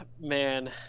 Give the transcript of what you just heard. Man